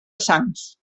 sangs